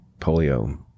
polio